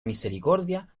misericordia